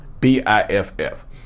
B-I-F-F